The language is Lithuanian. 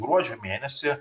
gruodžio mėnesį